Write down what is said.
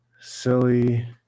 Silly